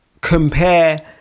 compare